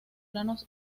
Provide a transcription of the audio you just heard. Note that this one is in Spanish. planos